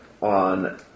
on